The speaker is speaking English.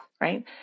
right